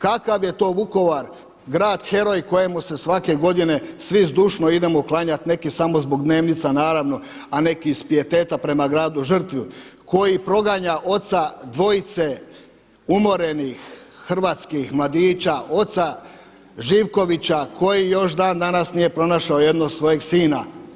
Kakav je to Vukovar grad heroj kojemu se svake godine svi zdušno idemo klanjati neki samo zbog dnevnica naravno, a neki iz pijeteta prema gradu žrtvi koji proganja oca dvojice umorenih hrvatskih mladića, oca Živkovića koji još dan danas nije pronašao jednog od svojeg sina.